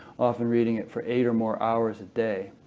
often reading it for eight or more hours a day.